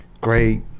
great